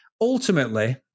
ultimately